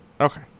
Okay